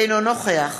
אינו נוכח